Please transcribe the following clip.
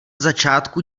začátku